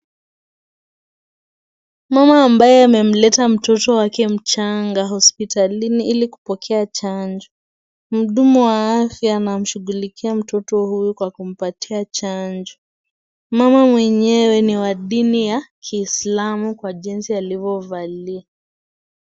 Mama ambaye amemleta mtoto wake mchanga hospitalini ili kupokea chanjo. Mhudumu wa afya anamshughulikia mtoto huyu kwa kumpatia chanjo mama mwenyewe ni wa dini ya kiislamu kwa jinsi alivyovalia.